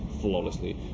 flawlessly